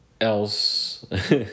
else